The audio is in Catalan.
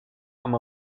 amb